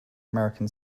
american